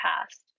past